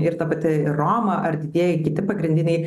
ir ta pati roma ar didieji kiti pagrindiniai